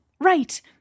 right